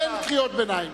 אין קריאות ביניים.